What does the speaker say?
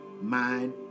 mind